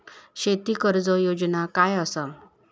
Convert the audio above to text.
शेती कर्ज योजना काय असा?